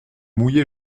mouillé